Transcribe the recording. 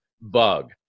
bug